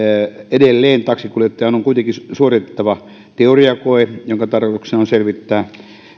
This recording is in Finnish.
edelleen taksinkuljettajan on kuitenkin suoritettava teoriakoe jonka tarkoituksena on selvittää